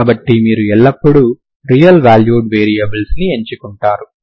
కాబట్టి మీరు ఎల్లప్పుడూ రియల్ వాల్యూడ్ వేరియబుల్స్ ని ఎంచుకుంటారు